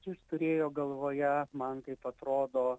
jis turėjo galvoje man kaip atrodo